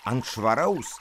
ant švaraus